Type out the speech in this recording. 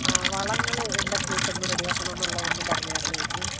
ആ വളങ്ങൾ എന്തൊക്കെയിട്ടൊന്ന് റെഡിയാക്കണം എന്നുള്ള ഒന്ന് പറഞ്ഞിരുന്നു ഏച്ചി